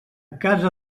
casa